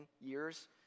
years